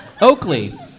Oakley